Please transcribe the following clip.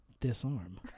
Disarm